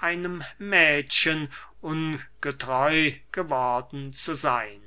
einem mädchen ungetreu geworden zu seyn